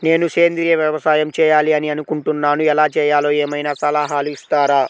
నేను సేంద్రియ వ్యవసాయం చేయాలి అని అనుకుంటున్నాను, ఎలా చేయాలో ఏమయినా సలహాలు ఇస్తారా?